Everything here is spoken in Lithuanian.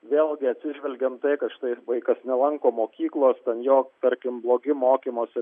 vėlgi atsižvelgiam į tai kad štai vaikas nelanko mokyklos ten jo tarkim blogi mokymosi